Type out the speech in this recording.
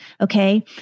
okay